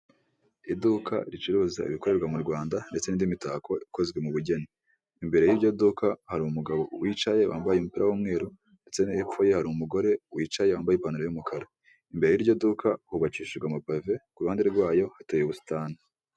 Iduka ricuruza ibikorerwa mu rwanda ndetse n'indi mitako ikozwe mu bugeni, imbere y'iryo duka hari umugabo wicaye wambaye umupira w'umweru, ndetse no hepfoye hari umugore wicaye wambaye ipantaro y' umukara imbere yiryo duka hubakishijwe amabave kuruhande rwayo hateye ubusitani.